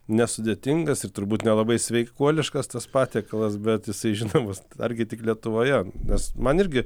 nesudėtingas ir turbūt nelabai sveikuoliškas tas patiekalas bet jisai žinomas argi tik lietuvoje nes man irgi